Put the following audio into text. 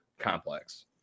complex